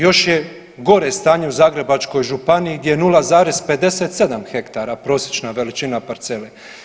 Još je gore stanje u Zagrebačkoj županiji gdje je 0,57 hektara prosječna veličina parcele.